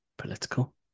Political